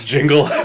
Jingle